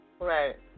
right